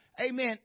amen